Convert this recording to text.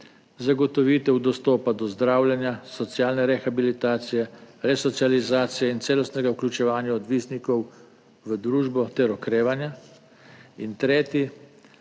zagotovitev dostopa do zdravljenja, socialne rehabilitacije, resocializacije in celostnega vključevanja odvisnikov v družbo ter okrevanja." In tretji,